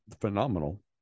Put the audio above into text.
phenomenal